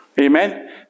Amen